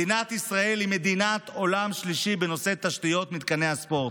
מדינת ישראל היא מדינת עולם שלישי בנושא תשתיות ומתקני הספורט.